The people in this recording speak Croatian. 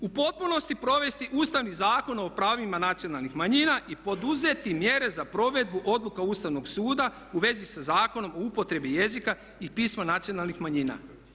U potpunosti provesti Ustavni zakon o pravima nacionalnih manjina i poduzeti mjere za provedbu odluka Ustavnog suda u vezi sa Zakonom o upotrebi jezika i pisma nacionalnih manjina.